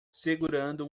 segurando